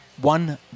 One